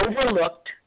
overlooked